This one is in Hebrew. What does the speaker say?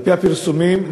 על-פי הפרסומים,